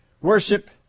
worship